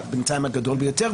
בינתיים הגדולה ביותר,